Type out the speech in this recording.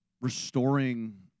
restoring